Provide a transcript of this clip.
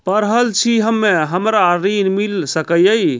पढल छी हम्मे हमरा ऋण मिल सकई?